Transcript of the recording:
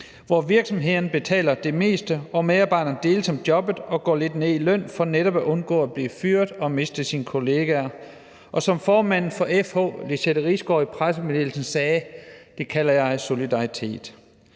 virksomhederne betaler det meste og medarbejderne deles om jobbet og går lidt ned i løn for netop at undgå at blive fyret og miste deres kollegaer. Og jeg vil sige som formanden for FH, Lizette Risgaard, sagde i pressemeddelelsen: Det kalder jeg solidaritet.